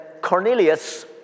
Cornelius